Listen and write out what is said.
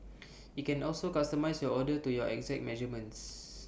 IT can also customise your order to your exact measurements